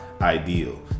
ideal